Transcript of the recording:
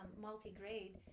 multi-grade